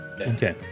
Okay